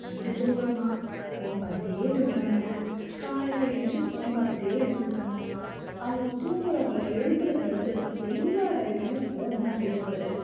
night தூங்குறோமா phone பார்த்துட்டே தூங்குறாங்க காலையில் ஏழ்ந்திச்சி ஃபோன் பார்த்துட்டே எழுந்துரிக்கிறாங்க அவங்க தூங்கறவங்கள எழுப்புறதுலேருந்து எல்லா வேலைக்குமே ஃபோன் தான் தேவைப்படுது